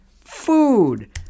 Food